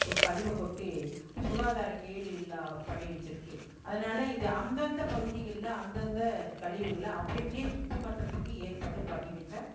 ஒரு கழிவை கொட்டி சுகாதாரக்கேடு எல்லாம் பண்ணி வச்சுருக்கு அதனால இது அந்தந்த பகுதியெல்லாம் அந்தந்த கழிவுகளை அப்படி அப்படியே சுத்தம் பண்ணுறதுக்கு ஏற்பாடு பண்ணி வைச்சா